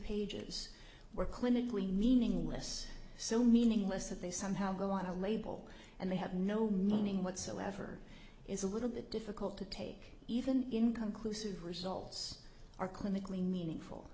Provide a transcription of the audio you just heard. pages were clinically meaningless so meaningless that they somehow go on a label and they have no meaning whatsoever it's a little bit difficult to take even inconclusive results are clinically meaningful